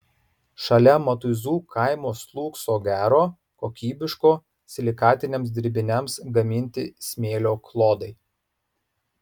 šalia matuizų kaimo slūgso gero kokybiško silikatiniams dirbiniams gaminti smėlio klodai